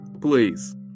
please